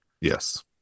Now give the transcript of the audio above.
yes